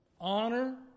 honor